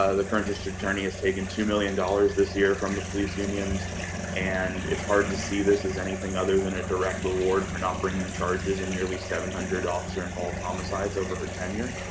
ah the current district attorney has taken two million dollars this year from the police unions and it's hard to see this as anything other than a direct reward for not bringing charges and nearly seven hundred officer involved homicides over her tenure.